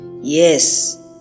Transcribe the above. yes